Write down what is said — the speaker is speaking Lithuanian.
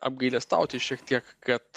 apgailestauti šiek tiek kad